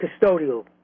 custodial